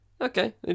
Okay